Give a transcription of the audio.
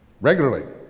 regularly